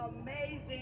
amazing